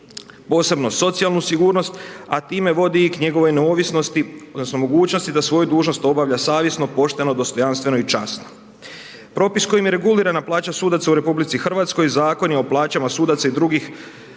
posebno socijalnu sigurnost a time vodi i k njegovoj neovisnosti odnosno mogućnosti da svoju dužnost obavlja savjesno, pošteno, dostojanstveno i časno. Propis kojim je regulirana plaća sudaca u RH Zakonom o plaćama sudaca i drugih